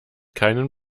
keinen